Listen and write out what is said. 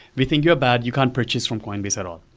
we think you're bad. you can't purchase from coinbase at all.